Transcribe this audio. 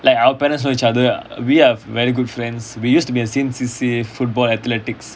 like our parents know each other we are very good friends we used to in the same C_C_A football athletics